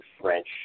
French